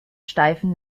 steifen